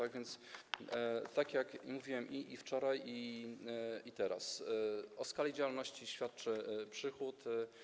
A więc tak jak mówiłem i wczoraj, i teraz, o skali działalności świadczy przychód.